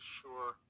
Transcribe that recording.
sure